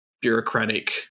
bureaucratic